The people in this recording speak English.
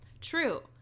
True